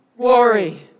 glory